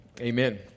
amen